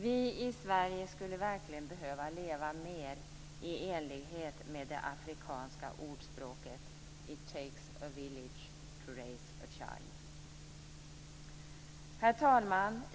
Vi i Sverige skulle verkligen behöva leva mer i enlighet med det afrikanska ordspråket "It takes av village to raise a child". Herr talman!